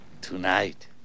tonight